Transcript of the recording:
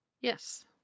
Yes